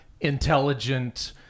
intelligent